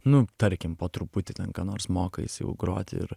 nu tarkim po truputį ten ką nors mokaisi jau groti ir